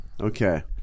Okay